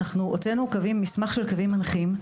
אנחנו הוצאנו מסמך של קווים מנחים,